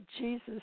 Jesus